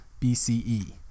BCE